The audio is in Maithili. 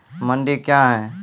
मंडी क्या हैं?